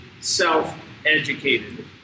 self-educated